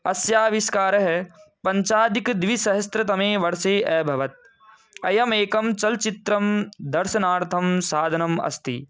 अस्याविष्कारः पञ्चाधिकद्विसहस्रतमे वर्षे अभवत् अयमेकं चलच्चित्रं दर्शनार्थं साधनम् अस्ति